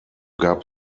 gab